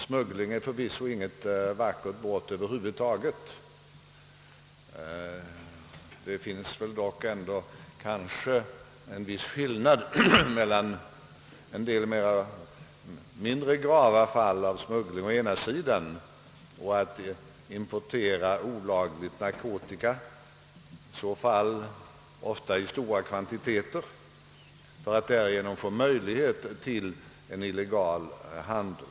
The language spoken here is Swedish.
Smuggling är förvisso inte något vackert brott över huvud taget. Det finns väl ändå en viss skillnad mellan en del mindre grava fall av smuggling och olaglig import av narkotika — ofta i stora kvantiteter — i avsikt att möjliggöra en illegal handel.